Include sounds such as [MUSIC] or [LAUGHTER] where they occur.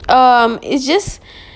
um it's just [BREATH]